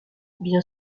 bien